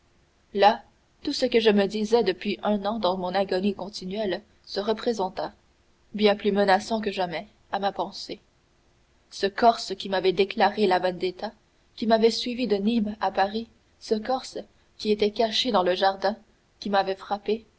là tout ce que je me disais depuis un an dans mon agonie continuelle se représenta bien plus menaçant que jamais à ma pensée ce corse qui m'avait déclaré la vendetta qui m'avait suivi de nîmes à paris ce corse qui était caché dans le jardin qui m'avait frappé